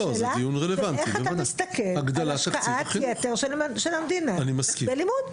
השאלה איך אתה מסתכל על השקעת יתר של המדינה בלימוד?